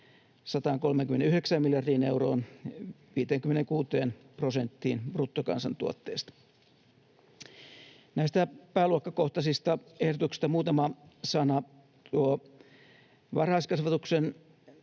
139 miljardiin euroon, 56 prosenttiin bruttokansantuotteesta. Näistä pääluokkakohtaisista ehdotuksista muutama sana. Varhaiskasvatuksen,